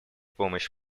помощь